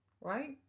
Right